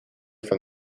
from